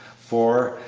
for,